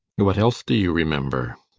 what else do you remember?